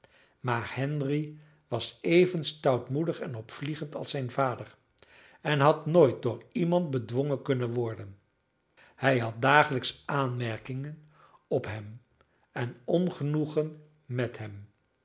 maar henry was even stoutmoedig en opvliegend als zijn vader en had nooit door iemand bedwongen kunnen worden hij had dagelijks aanmerkingen op hem en ongenoegen met hem